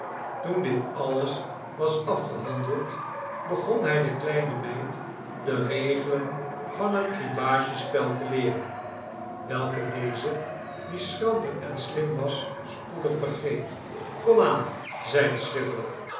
toen dit alles was afgehandeld begon hij de kleine meid de regelen van het cribbagespel te leeren welke deze die schrander en slim was spoedig begreep kom aan zeide